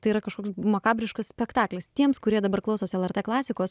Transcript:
tai yra kažkoks makabriškas spektaklis tiems kurie dabar klausosi lrt klasikos